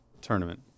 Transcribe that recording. Tournament